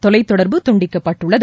தொலைத் தொடர்பு துண்டிக்கப்பட்டுள்ளது